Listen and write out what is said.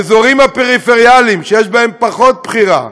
האזורים הפריפריאליים, שיש בהם פחות בחירה,